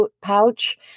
pouch